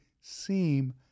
seem